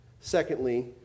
Secondly